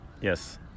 Yes